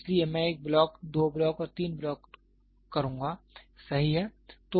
इसलिए मैं एक ब्लॉक दो ब्लॉक और तीन ब्लॉक करुंगा सही है